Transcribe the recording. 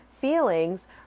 feelings